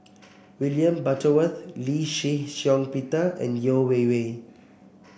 William Butterworth Lee Shih Shiong Peter and Yeo Wei Wei